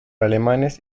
alemanes